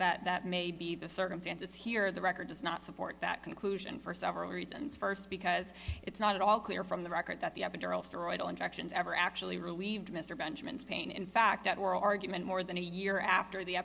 case that may be the circumstances here the record does not support that conclusion for several reasons st because it's not at all clear from the record that the epidural steroid injections ever actually relieved mr benjamin's pain in fact that were argument more than a year after the